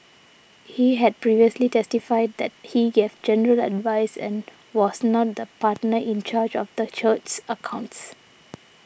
he had previously testified that he gave general advice and was not the partner in charge of the church's accounts